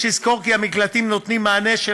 יש לזכור כי המקלטים נותנים מענה של